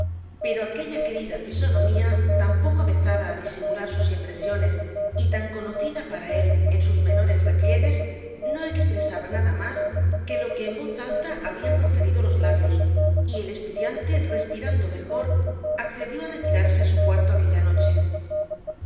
pero aquella querida fisonomía tan poco avezada á disimular sus impresiones y tan conocida para él en sus menores repliegues no expresaba nada más que lo que en voz alta habían proferido los labios y el estudiante respirando mejor accedió á retirarse á su cuarto aquella noche